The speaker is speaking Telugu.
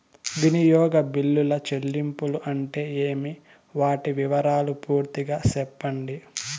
వినియోగ బిల్లుల చెల్లింపులు అంటే ఏమి? వాటి వివరాలు పూర్తిగా సెప్పండి?